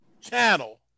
channel